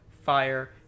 Fire